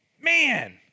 Man